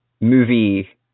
movie